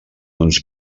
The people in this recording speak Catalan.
uns